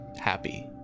happy